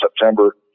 September